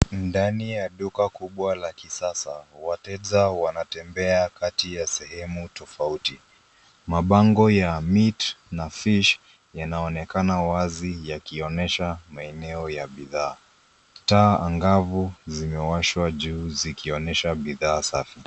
Ndani ya duka kubwa la kisasa, wateja wanatembea kati ya sehemu tofauti. Mabango ya meat na fish yanaonekana wazi yakionyesha maeneo ya bidhaa. Taa angavu zimewashwa juu zikionyesha bidhaa safi.